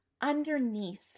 underneath